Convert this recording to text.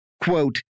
quote